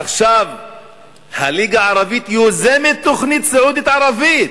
עכשיו הליגה הערבית יוזמת תוכנית סעודית-ערבית,